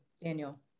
Daniel